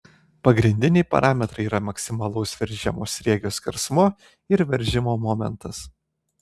pagrindiniai parametrai yra maksimalaus veržiamo sriegio skersmuo ir veržimo momentas